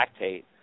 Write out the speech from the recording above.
lactate